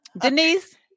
Denise